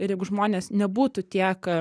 ir jeigu žmonės nebūtų tiek